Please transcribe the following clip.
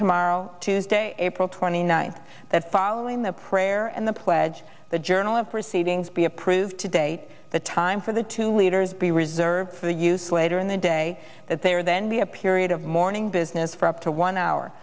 tomorrow tuesday april twenty ninth that following the prayer and the pledge the journal of proceedings be approved today the time for the two leaders be reserved for the use later in the day that they would then be a period of mourning business for up to one hour